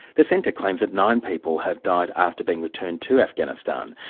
the centre claims that nine people have died after being returned to afghanistan,